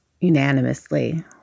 unanimously